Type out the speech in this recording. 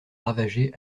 ravagée